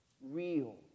real